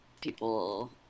people